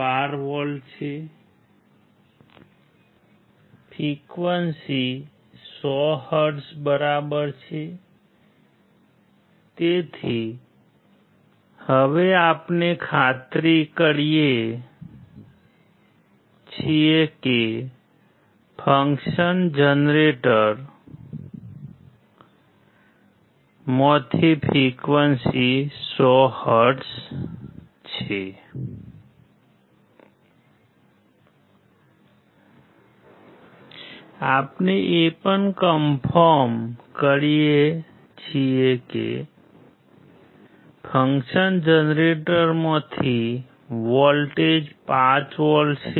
12 volt છે frequency 100 hertz છે